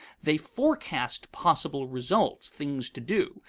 they forecast possible results, things to do,